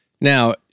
Now